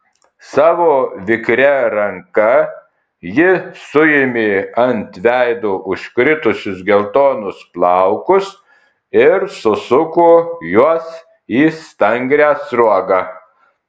savo vikria ranka ji suėmė ant veido užkritusius geltonus plaukus ir susuko juos į stangrią sruogą